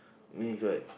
means what